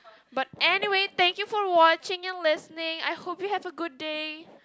but anyway thank you for watching and listening I hope you have a good day